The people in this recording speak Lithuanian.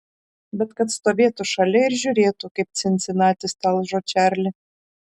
bet kad stovėtų šalia ir žiūrėtų kaip cincinatis talžo čarlį